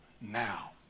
now